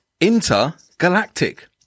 intergalactic